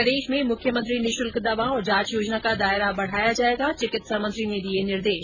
प्रदेश में मुख्यमंत्री निःशुल्क दवा और जांच योजना का दायरा बढाया जायेगा चिकित्सा मंत्री ने दिये निर्देश